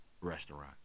restaurant